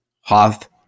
Hoth